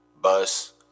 bus